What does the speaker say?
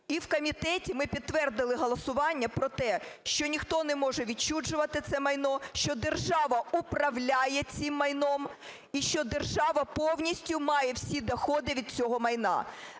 І в комітеті ми підтвердили голосування про те, що ніхто не може відчужувати це майно, що держава управляє цим майном і що держава повністю має всі доходи від цього майна.